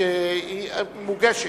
שמגישה.